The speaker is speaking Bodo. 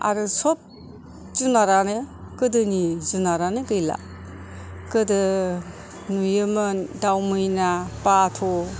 आरो सब जुनारानो गोदोनि जुनारानो गैला गोदो नुयोमोन दाव मैना बाथ'